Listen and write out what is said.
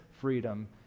freedom